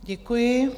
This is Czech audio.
Děkuji.